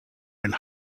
and